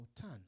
turn